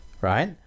right